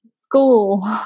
school